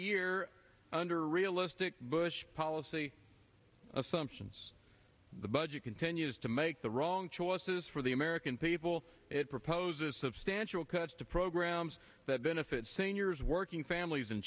year under realistic bush policy assumptions the budget continues to make the wrong choices for the american people it proposes substantial cuts to programs that benefit seniors working families and